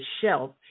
shelf